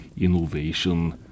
innovation